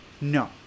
no